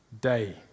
day